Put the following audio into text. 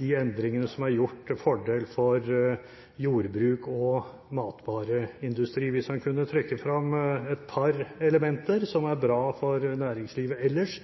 de endringene som er gjort til fordel for jordbruk og matvareindustri? Hvis han kunne trekke frem et par elementer i regjeringens budsjett som er bra for næringslivet ellers,